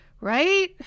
Right